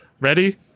ready